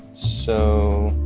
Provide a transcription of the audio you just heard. so